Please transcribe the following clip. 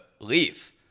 leave